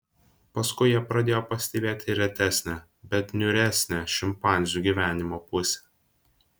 paskui jie pradėjo pastebėti ir retesnę bet niūresnę šimpanzių gyvenimo pusę